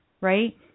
right